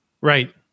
Right